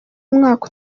mwaka